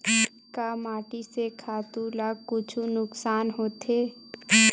का माटी से खातु ला कुछु नुकसान होथे?